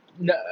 No